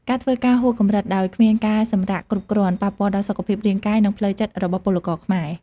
ការធ្វើការហួសកម្រិតដោយគ្មានការសម្រាកគ្រប់គ្រាន់ប៉ះពាល់ដល់សុខភាពរាងកាយ និងផ្លូវចិត្តរបស់ពលករខ្មែរ។